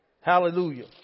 Hallelujah